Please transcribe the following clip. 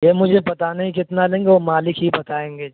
یہ مجھے پتا نہیں کتنا لیں گے وہ مالک ہی بتائیں گے